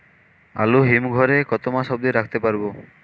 আলু হিম ঘরে কতো মাস অব্দি রাখতে পারবো?